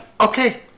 okay